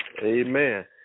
Amen